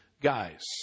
guys